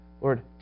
Lord